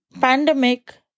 pandemic